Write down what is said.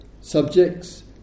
subjects